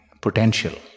potential